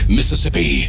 Mississippi